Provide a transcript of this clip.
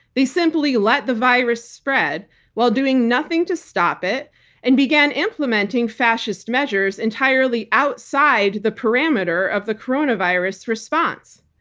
they simply let the virus spread while doing nothing to stop it and began implementing fascist measures entirely outside the parameters of the coronavirus response.